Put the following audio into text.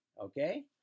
okay